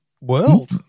world